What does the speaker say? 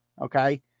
Okay